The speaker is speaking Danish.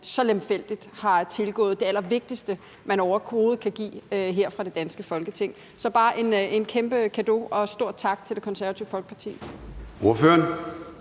så lemfældig tilgang til det allervigtigste, man overhovedet kan give her fra det danske Folketing. Så det er bare for at give en kæmpe cadeau og en stor tak til Det Konservative Folkeparti. Kl.